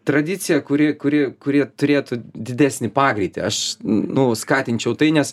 tradicija kuri kuri kuri turėtų didesnį pagreitį aš nu skatinčiau tai nes